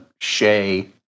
Shea